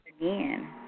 again